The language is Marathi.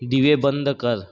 दिवे बंद कर